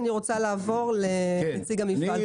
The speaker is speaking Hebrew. לאחר מכן אני רוצה לעבור לנציג המפעל.